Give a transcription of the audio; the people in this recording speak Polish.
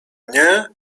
nie